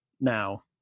now